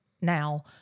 now